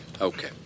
Okay